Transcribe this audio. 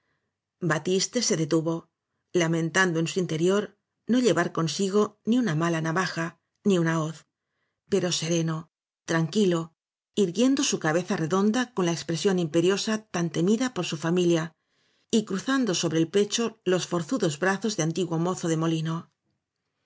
batiste se detuvo lamentando en su inte rior no llevar consigo ni una mala navaja ni una hoz pero sereno tranquilo irguiendo su cabeza redonda con la expresión imperiosa tan temida por su familia y cruzando sobre el pecho los forzudos brazos de antiguo mozo de molino